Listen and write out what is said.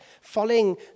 following